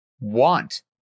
want